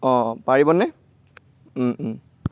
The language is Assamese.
অঁ পাৰিবনে